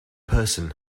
person